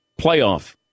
playoff